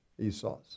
Esau's